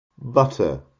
Butter